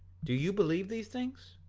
do you believe these things?